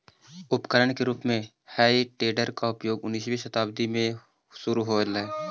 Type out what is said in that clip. उपकरण के रूप में हेइ टेडर के प्रयोग उन्नीसवीं शताब्दी में शुरू होलइ